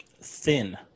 thin